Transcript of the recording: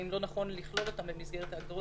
האם לא נכון לכלול אותם במסגרת ההגדרות?